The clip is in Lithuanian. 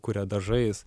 kuria dažais